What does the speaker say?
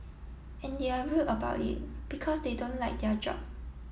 and they're rude about it because they don't like their job